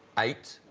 eight